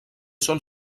són